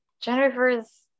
Jennifer's